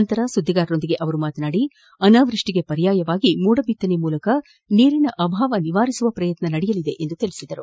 ನಂತರ ಸುದ್ದಿಗಾರರೊಂದಿಗೆ ಮಾತನಾಡಿದ ಅವರು ಅನಾವೃಷ್ಟಿಗೆ ಪರ್ಯಾಯವಾಗಿ ಮೋಡ ಬಿತ್ತನೆ ಮೂಲಕ ನೀರಿನ ಅಭಾವ ನಿವಾರಿಸುವ ಪ್ರಯತ್ನ ನಡೆಯಲಿದೆ ಎಂದು ತಿಳಿಸಿದರು